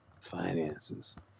Finances